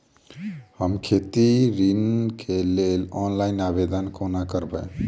हम खेती ऋण केँ लेल ऑनलाइन आवेदन कोना करबै?